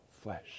flesh